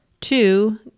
Two